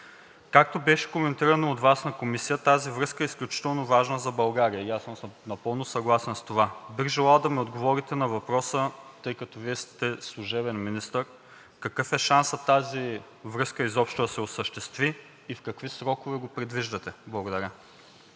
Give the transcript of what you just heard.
Както беше коментирано от Вас на комисия, тази връзка е изключително важна за България и аз съм напълно съгласен с това. Бих желал да ми отговорите на въпроса, тъй като Вие сте служебен министър, какъв е шансът тази връзка изобщо да се осъществи и в какви срокове го предвиждате? Благодаря.